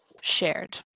shared